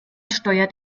steuert